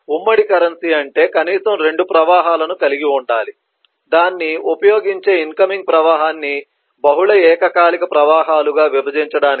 ఉమ్మడి కరెన్సీ అంటే కనీసం 2 ప్రవాహాలను కలిగి ఉండాలి దాన్ని ఉపయోగించే ఇన్కమింగ్ ప్రవాహాన్ని బహుళ ఏకకాలిక ప్రవాహాలుగా విభజించడానికి